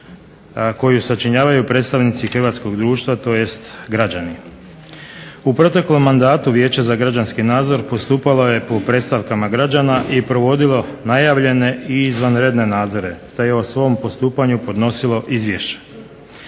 koju sačinjavaju predstavnici Hrvatskog društva tj. Građani. U proteklom mandatu vijeća za građanski nadzor postupalo je po predstavkama građana i obavljalo najavljene i izvanredne nadzore, te je o svom postupanju podnosilo izvješće.